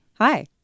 Hi